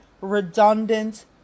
redundant